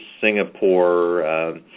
Singapore